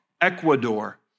Ecuador